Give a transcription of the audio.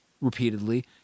repeatedly